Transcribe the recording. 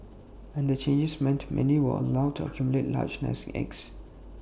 and the changes meant many were allowed to accumulate large nest eggs